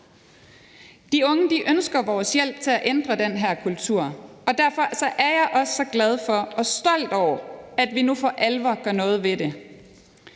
De unge ønsker vores hjælp til at ændre den her kultur, og derfor er jeg også så glad for og stolt over, at vi nu for alvor gør noget ved det.